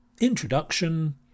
Introduction